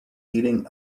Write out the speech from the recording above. eating